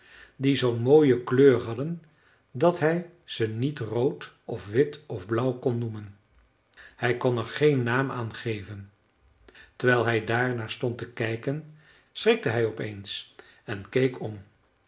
die zoo'n mooie kleur hadden dat hij ze niet rood of wit of blauw kon noemen hij kon er geen naam aan geven terwijl hij daar naar stond te kijken schrikte hij op eens en keek om